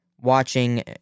watching